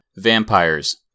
vampires